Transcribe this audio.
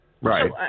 Right